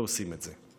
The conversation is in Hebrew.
לא עושים את זה.